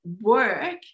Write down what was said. work